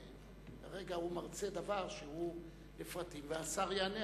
כרגע הוא מרצה דבר שהוא לפרטים והשר יענה,